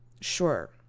Sure